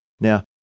Now